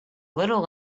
little